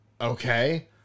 Okay